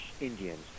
Indians